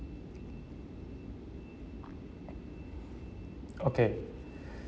okay